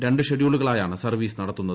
രണ്ട് ഷെഡ്യൂളുകളായാണ് സർവ്വീസ് നടത്തുന്നത്